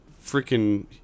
freaking